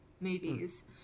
movies